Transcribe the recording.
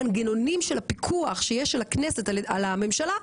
המנגנונים של הפיקוח שיש לכנסת על הממשלה,